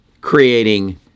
creating